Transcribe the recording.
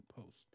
post